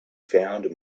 found